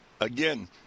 again